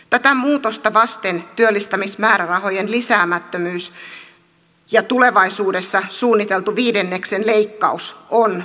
tätä muutosta vasten työllistämismäärärahojen lisäämättömyys ja tulevaisuudessa suunniteltu viidenneksen leikkaus on nurinkurinen